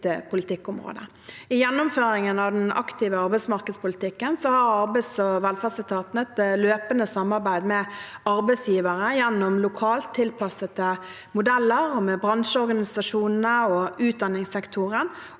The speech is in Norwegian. I gjennomføringen av den aktive arbeidsmarkedspolitikken har arbeids- og velferdsetaten et løpende samarbeid med arbeidsgivere gjennom lokalt tilpassede modeller, og med bransjeorganisasjonene og utdanningssektoren